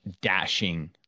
dashing